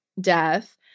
death